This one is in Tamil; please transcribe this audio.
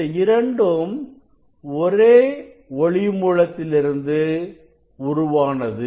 இந்த இரண்டும் ஒரே ஒளி மூலத்திலிருந்து உருவானது